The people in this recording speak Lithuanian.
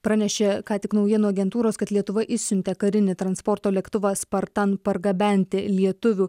pranešė ką tik naujienų agentūros kad lietuva išsiuntė karinį transporto lėktuvą spartan pargabenti lietuvių